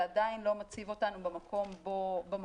זה עדיין לא מציב אותנו במקום המיטבי.